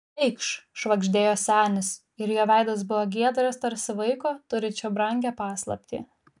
eikš švagždėjo senis ir jo veidas buvo giedras tarsi vaiko turinčio brangią paslaptį